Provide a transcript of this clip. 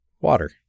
Water